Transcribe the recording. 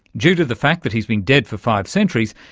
due to the fact that he's been dead for five centuries,